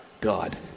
God